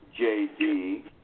JD